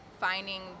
finding